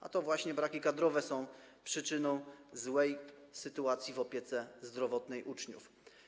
A to właśnie braki kadrowe są przyczyną złej sytuacji w opiece zdrowotnej uczniów.